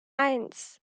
eins